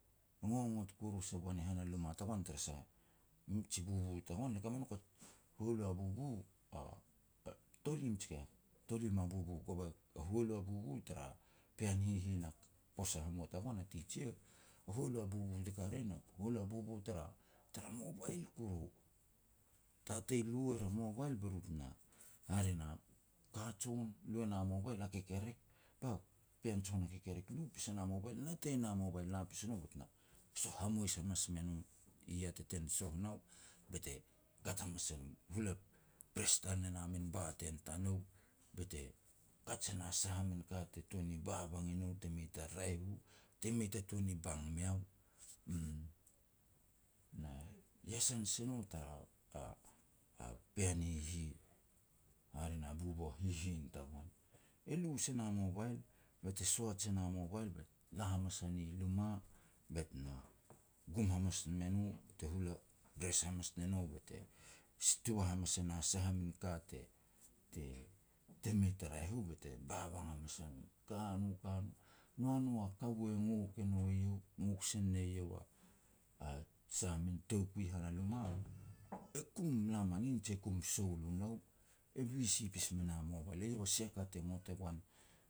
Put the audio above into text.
ngongot kuru se goan i han a luma tagoan tara sah, miji bubu tagoan, le ka me nouk a hualu a bubu, a-a tolim ji keh, tolim a bubu kove, hualu a bubu tara pean hihin a posa hamua tagoan a teacher, a hualu a bubu te ka ria ien a hualu a bubu tara-tara mobile kuru. Tatei lu er a mobile be ru tena, hare na, ka jon e lu e la mobile a kekerek, ba pean jon a kekerek lu pas e na moble natei na mobile, la pasi no bet na soah hamous hamas me no, i yah te ten soh nau, be te kat hamas e no. Hula press tal ne na min button tanou, be te kaj e na min sah min ka te tuan ni babang e nou te mei ta raeh u, te mei ta tuan ni bang meiau, uum. Na e iasan si no tara a-a-a pean hihin, hare na bubu a hihin tagoan. E lu se na mobile, be te soaj e na mobile be te la hamas a ni luma, bet na gum hamas me no be te hula press hamas ne no, be te jimou hamas e na sah min ka te-te mei ta raeh u, be te babang hamas a no. Ka no, ka no, noa no a kaua e ngok e nou eiau, ngok sin ne iau a-a sah a min toukui han a luma e kum la manin je kum soul o nou, e bisi pas me na mobile. Eiau a sia ka te ngot e goan